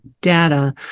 data